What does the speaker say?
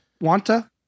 Wanta